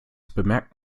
bemerkt